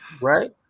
Right